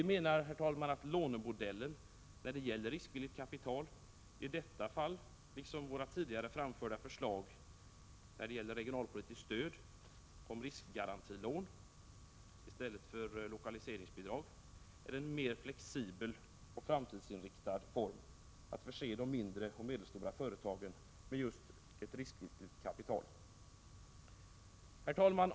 Vi menar, herr talman, att lånemodeller när det gäller riskvilligt kapital, i detta fall liksom i våra tidigare framförda förslag när det gäller regionalpolitiskt stöd om riskgarantilån i stället för lokaliseringsbidrag, är en mer flexibel och framtidsinriktad form för att förse de mindre och medelstora företagen med just ett riskvilligt kapital. Herr talman!